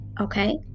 Okay